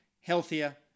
healthier